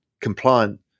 compliant